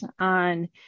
on